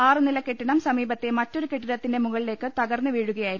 ആറ് നില കെട്ടിടം സമീപത്തെ മറ്റൊരു കെട്ടിടത്തിന്റെ മുകളിലേക്ക് തകർന്ന് വീഴുകയായിരുന്നു